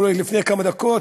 לפני כמה דקות,